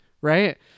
right